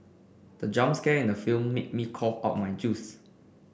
the jump scare in the film made me cough out my juice